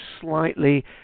slightly